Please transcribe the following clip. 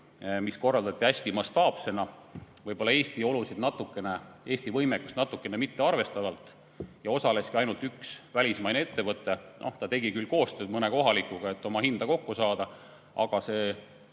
korraldati hästi mastaapsena, võib-olla Eesti olusid ja Eesti võimekust natukene mittearvestavalt. Osaleski ainult üks välismaine ettevõte. Ta tegi küll koostööd mõne kohalikuga, et oma hinda kokku saada, aga see